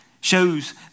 shows